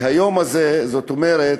זאת אומרת,